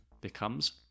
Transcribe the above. becomes